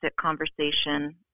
conversation